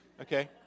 Okay